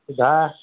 যা